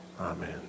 Amen